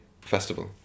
festival